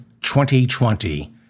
2020